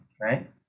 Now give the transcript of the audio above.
right